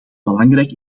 belangrijk